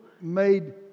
made